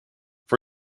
for